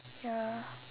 ya